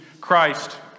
Christ